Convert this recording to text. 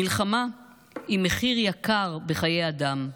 מלחמה עם מחיר יקר בחיי אדם,